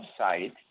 website